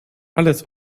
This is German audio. alles